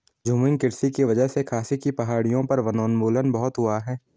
झूमिंग कृषि की वजह से खासी की पहाड़ियों पर वनोन्मूलन बहुत हुआ है